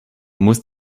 musst